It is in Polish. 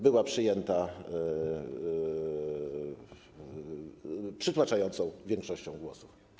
Była przyjęta ona przytłaczającą większością głosów.